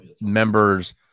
members